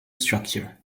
structure